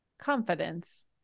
confidence